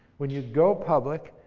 when you go public,